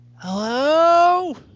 Hello